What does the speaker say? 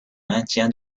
maintien